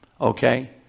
Okay